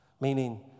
Meaning